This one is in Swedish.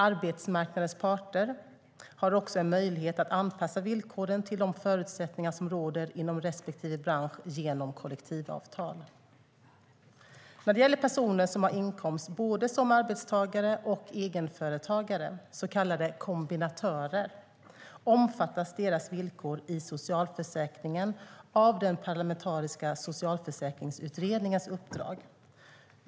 Arbetsmarknadens parter har också en möjlighet att anpassa villkoren till de förutsättningar som råder inom respektive bransch genom kollektivavtal. När det gäller personer som har inkomst som både arbetstagare och egenföretagare, så kallade kombinatörer, omfattas deras villkor i socialförsäkringen av den parlamentariska socialförsäkringsutredningens uppdrag.